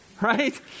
Right